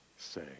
Say